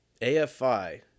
AFI